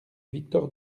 victor